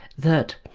that,